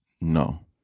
no